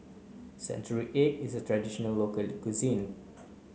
Century Egg is a traditional local cuisine